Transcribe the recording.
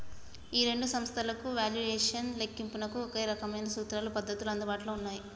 ఈ రెండు సంస్థలకు వాల్యుయేషన్ లెక్కింపునకు ఒకే రకమైన సూత్రాలు పద్ధతులు అందుబాటులో ఉన్నాయి